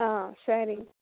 ಹಾಂ ಸರಿ